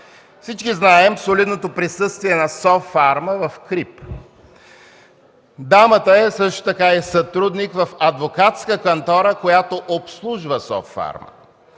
Всички знаем солидното присъствие на „Софарма” в КРИБ. Дамата е също така сътрудник в адвокатска кантора, която обслужва „Софарма”.